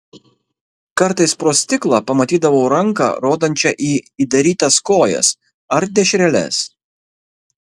kartais pro stiklą pamatydavau ranką rodančią į įdarytas kojas ar dešreles